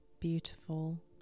beautiful